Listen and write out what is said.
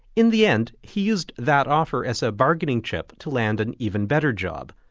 in the end, he used that offer as a bargaining chip to land an even better job,